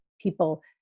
people